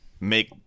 make